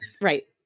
right